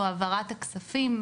או העברת הכספים,